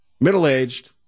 middle-aged